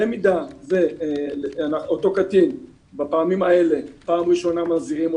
במידה ואותו קטין בפעמים האלה פעם ראשונה מזהירים אותו,